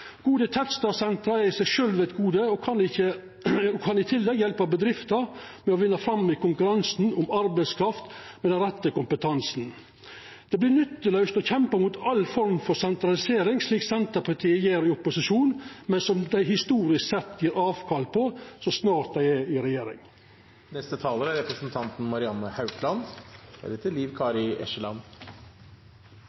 Gode tettstadsenter er i seg sjølv eit gode og kan i tillegg hjelpa bedrifter med å vinna fram i konkurransen om arbeidskraft med den rette kompetansen. Det er nyttelaust å kjempa mot all form for sentralisering, slik Senterpartiet gjer i opposisjon, men som dei historisk sett gjev avkall på så snart dei er i regjering. Vi som bor og lever i distriktene, er